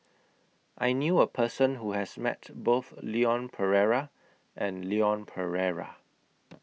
I knew A Person Who has Met Both Leon Perera and Leon Perera